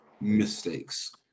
mistakes